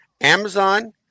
Amazon